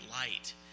light